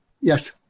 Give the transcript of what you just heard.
yes